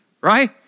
right